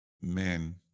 men